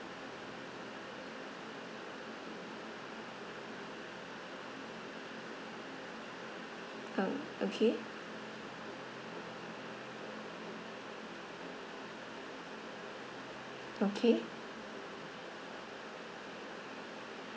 oh okay okay